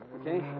Okay